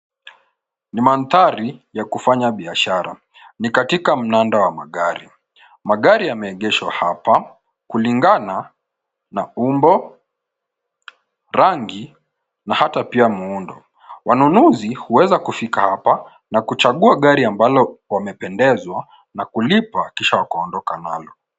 Ni mandhari ya kufanya biashara. Ni katika mnanda wa magari. Magari yameegeshwa hapa kulingana na umbo, rangi na hata pia muundo. Wanunuzi huweza kufika hapa na kuchagua gari ambalo wamependezwa na kulipa kisha kuondoka nalo.